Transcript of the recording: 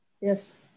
Yes